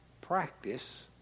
practice